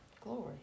Glory